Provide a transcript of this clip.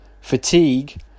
fatigue